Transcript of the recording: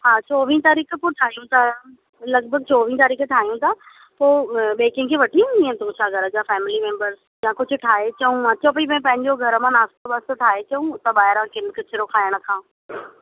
हा चोवीह तारीख़ ॿुधायूं था लॻभॻि चोवीह तारीख़ ठाहियूं था पोइ ॿिए कंहिंखे वठी ईंदिअं तूं छा घर जा फेमिली मेंबर या कुझु ठाहे अचूं मां चयो भई या पंहिंजो घर मां नास्तो वास्तो ठाहे अचूं ॿाहिरां किन किचरो खाइण खां